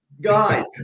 guys